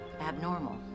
abnormal